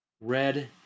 Red